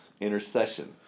Intercession